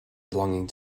belonging